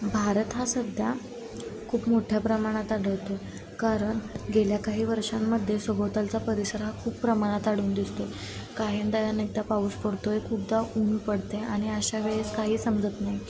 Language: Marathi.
भारत हा सध्या खूप मोठ्या प्रमाणात आढळतो कारण गेल्या काही वर्षांमध्ये सभोवतालचा परिसर हा खूप प्रमाणात आढळून दिसतो काहींदा नाही तर पाऊस पडतो आहे खूपदा ऊन पडते आणि अशा वेळेस काही समजत नाही